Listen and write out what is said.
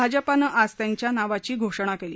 भाजपानं आज त्यांच्या नावाची घोषणा केली